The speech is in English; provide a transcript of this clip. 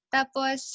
Tapos